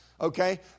Okay